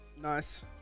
Nice